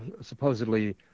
Supposedly